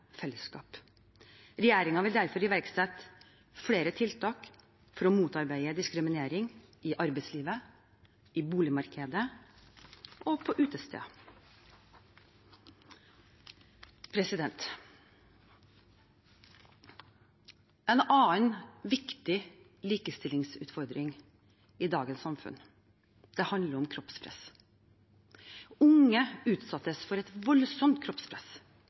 fellesskap. Regjeringen vil derfor iverksette flere tiltak for å motarbeide diskriminering i arbeidslivet, i boligmarkedet og på utesteder. En annen viktig likestillingsutfordring i dagens samfunn handler om kroppspress. Unge utsettes for et voldsomt kroppspress.